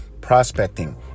prospecting